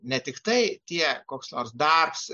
ne tiktai tie koks nors darbs